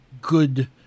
good